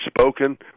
spoken